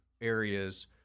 areas